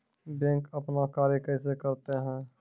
Bank अपन कार्य कैसे करते है?